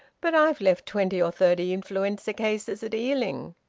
but i've left twenty or thirty influenza cases at ealing.